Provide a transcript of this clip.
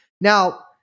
Now